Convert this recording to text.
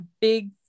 big